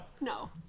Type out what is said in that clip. No